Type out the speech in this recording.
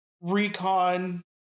recon